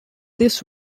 this